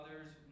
others